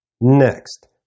Next